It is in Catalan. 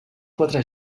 quatre